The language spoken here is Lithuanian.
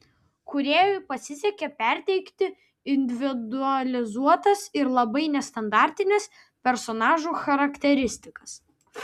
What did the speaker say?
kūrėjui pasisekė perteikti individualizuotas ir labai nestandartines personažų charakteristikas